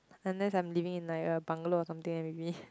unless I'm living in like a bungalow or something then maybe